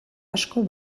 asko